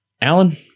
Alan